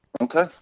Okay